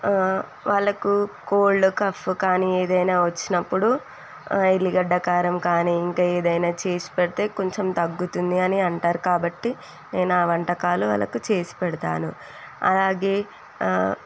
వాళ్ళకు cold cough కానీ ఏదైనా వచ్చినప్పుడు ఎల్లిగడ్డ కారం కానీ ఇంకా ఏదైనా చేసి పెడితే కొంచెం తగ్గుతుంది అని అంటారు కాబట్టి నేను ఆ వంటకాలు వాళ్ళకు చేసి పెడతాను అలాగే